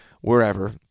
wherever